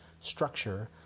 structure